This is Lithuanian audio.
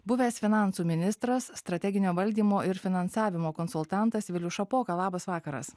buvęs finansų ministras strateginio valdymo ir finansavimo konsultantas vilius šapoka labas vakaras